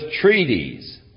treaties